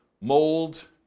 mold